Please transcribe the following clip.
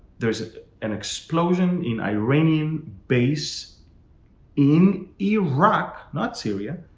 there's an explosion in iranian base in iraq, not syria.